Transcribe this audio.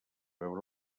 veure